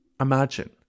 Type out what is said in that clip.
Imagine